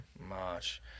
March